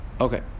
okay